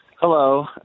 Hello